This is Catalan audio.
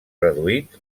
reduït